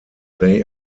they